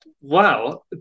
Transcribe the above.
Wow